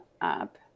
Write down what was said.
up